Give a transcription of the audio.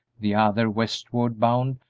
the other westward bound,